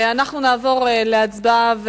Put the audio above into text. נעבור להצבעה.